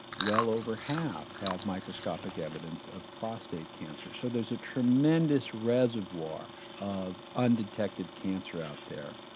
well over half have microscopic evidence of prostate cancer. so there's a tremendous reservoir of undetected cancer out there.